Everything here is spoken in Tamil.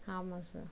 ஆமாம் சார்